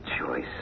choice